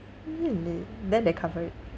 really then they cover it